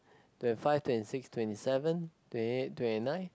twenty five twenty six twenty seven twenty eight twenty nine